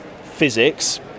physics